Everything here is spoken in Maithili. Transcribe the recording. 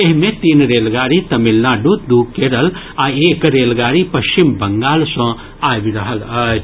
एहि मे तीन रेलगाड़ी तमिलनाडु दू केरल आ एक रेलगाड़ी पश्चिम बंगाल सँ आबि रहल अछि